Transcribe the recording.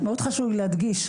מאוד חשוב להדגיש,